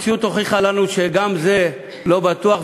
המציאות הוכיחה לנו שגם זה לא בטוח,